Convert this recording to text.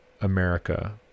America